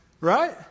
Right